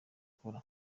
akora